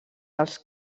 els